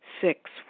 Six